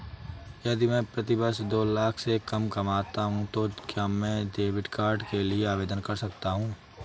यदि मैं प्रति वर्ष दो लाख से कम कमाता हूँ तो क्या मैं क्रेडिट कार्ड के लिए आवेदन कर सकता हूँ?